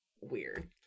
Weird